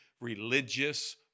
religious